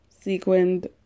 sequined